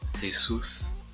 Jesus